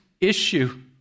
issue